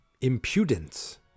Impudence